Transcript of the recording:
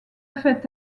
faites